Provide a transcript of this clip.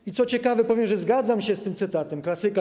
I co ciekawe, powiem, że zgadzam się z tym cytatem z klasyka.